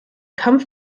kampf